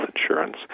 insurance